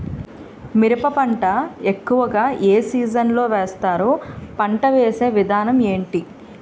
మిరప పంట ఎక్కువుగా ఏ సీజన్ లో వేస్తారు? పంట వేసే విధానం ఎంటి?